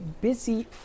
busy